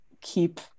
keep